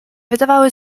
wydawały